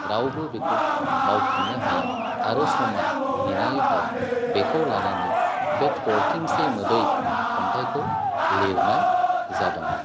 रावबो बेखौ मावफिननो हाया आरो समा नेनानै थाया बेखौ लानानै बे थरथिंसे मोदै खन्थाइखौ लिरनाय जादों